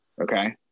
Okay